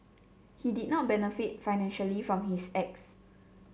he did not benefit financially from his acts